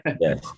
Yes